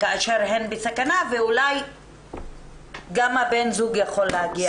כאשר הן בסכנה ואולי גם הבן זוג יכול להגיע.